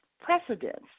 precedence